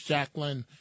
Jacqueline